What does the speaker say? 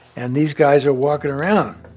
and these guys are walking around.